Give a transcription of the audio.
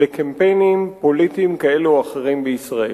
לקמפיינים פוליטיים כאלה או אחרים בישראל?